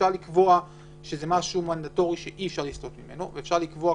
אפשר לקבוע שזה משהו מנדטורי שאי-אפשר לסטות ממנו ואפשר לקבוע,